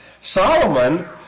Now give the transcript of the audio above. Solomon